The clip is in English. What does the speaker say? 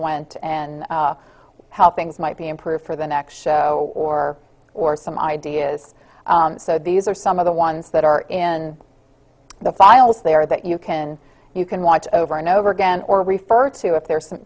went and how things might be improved for the next show or or some ideas so these are some of the ones that are in the files there that you can you can watch over and over again or refer to if there's some